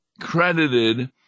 credited